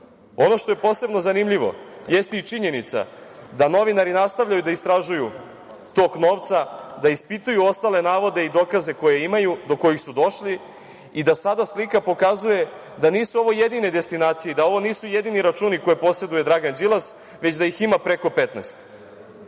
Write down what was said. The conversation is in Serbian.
što je posebno zanimljivo jeste činjenica da novinari nastavljaju da istražuju tok novca, da ispituju ostale navode i dokaze koje imaju, do kojih su došli i da sada slika pokazuje da nisu ovo jedine destinacije i da ovo nisu jedini računi koje poseduje Dragan Đilas, već da ih ima preko 15.Dok